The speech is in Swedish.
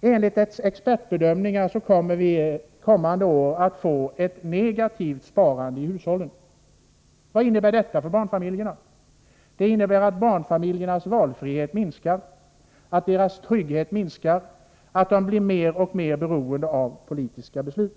Enligt expertbedömningar kommer vi att få ett negativt sparande i hushållen kommande år. Vad innebär detta för barnfamiljerna? Det innebär att barnfamiljernas valfrihet minskar, att deras trygghet minskar och att de blir mer och mer beroende av politiska beslut.